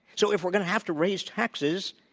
so, if we're going to have to raise taxes,